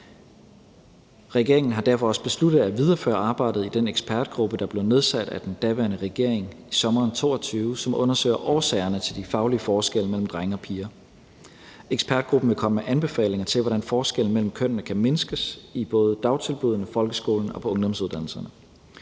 Regeringen har derfor også besluttet at videreføre arbejdet i den ekspertgruppe, der blev nedsat af den daværende regering i sommeren 2022, som undersøger årsagerne til den faglige forskel mellem drenge og piger. Ekspertgruppen vil komme med anbefalinger til, hvordan forskellene mellem kønnene kan mindskes i både dagtilbuddene, folkeskolen og på ungdomsuddannelserne.